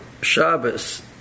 Shabbos